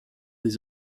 des